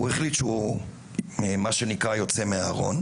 ואז הוא החליט שהוא יוצא מהארון.